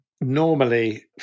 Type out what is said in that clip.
Normally